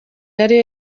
ariyo